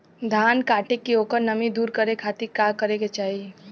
धान कांटेके ओकर नमी दूर करे खाती का करे के चाही?